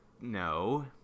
No